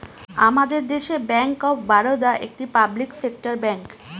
আমাদের দেশে bank of Baroda একটি পাবলিক সেক্টর ব্যাঙ্ক